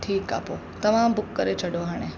ठीकु आहे पोइ तव्हां बुक करे छॾो हाणे